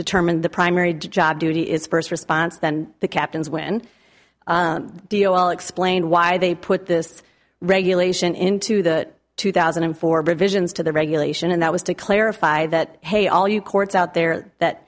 determine the primary job duty is first response then the captains win deal i'll explain why they put this regulation into the two thousand and four visions to the regulation and that was to clarify that hey all you courts out there that